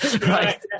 right